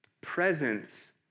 presence